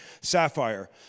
sapphire